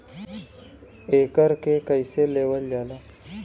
एकरके कईसे लेवल जाला?